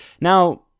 Now